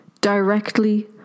directly